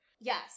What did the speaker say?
Yes